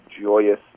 joyous